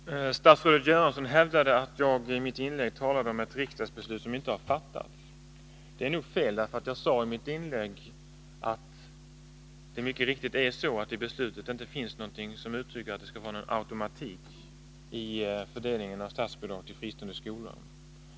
Herr talman! Statsrådet Göransson hävdade att jag i mitt inlägg talade om ett riksdagsbeslut som inte har fattats. Det är fel. Jag sade i mitt inlägg att det mycket riktigt är så att det i beslutet inte finns någonting som tyder på att det skulle vara någon automatik i fördelningen av statsbidragen till fristående skolor.